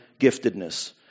giftedness